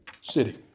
city